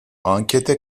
ankete